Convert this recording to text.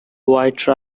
white